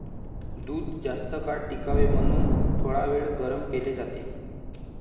दूध जास्तकाळ टिकावे म्हणून थोडावेळ गरम केले जाते